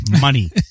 money